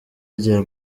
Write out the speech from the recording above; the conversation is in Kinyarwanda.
rya